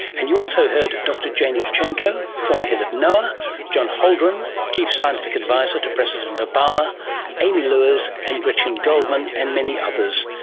and you also heard dr jane luchenco, former head of noaa john holdren, chief scientific advisor to president obama amy luers and gretchen goldman, and many others.